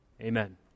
amen